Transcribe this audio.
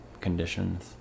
conditions